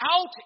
out